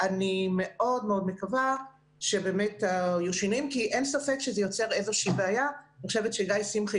שיש לי עין אחת אני מוגדר